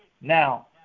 Now